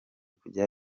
kujya